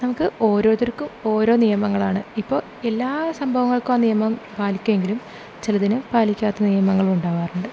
നമുക്ക് ഓരോരുത്തർക്കും ഓരോ നിയമങ്ങളാണ് ഇപ്പോൾ എല്ലാ സംഭവങ്ങൾക്കും ആ നിയമം പാലിക്കുമെങ്കിലും ചിലതിന് പാലിക്കാത്ത നിയമങ്ങളും ഉണ്ടാകാറുണ്ട്